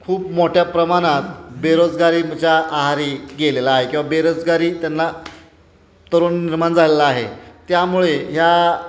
खूप मोठ्या प्रमाणात बेरोजगारीच्या आहारी गेलेला आहे किंवा बेरोजगारी त्यांना तरुण निर्माण झालेला आहे त्यामुळे ह्या